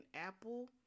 Apple